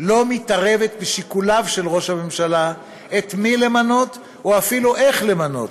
אינה מתערבת בשיקוליו של ראש הממשלה את מי למנות או אפילו איך למנות,